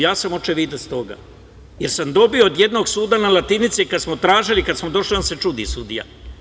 Ja sam očevidac toga, jer sam dobio od jednog suda na latinici kad smo tražili, a kad smo došli čudi se sudija.